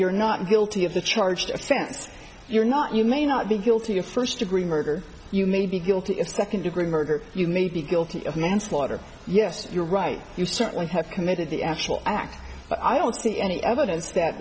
you're not guilty of the charged sense you're not you may not be guilty of first degree murder you may be guilty of second degree murder you may be guilty of manslaughter yes you're right you certainly have committed the actual act but i don't see any evidence that